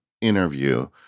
interview